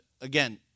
again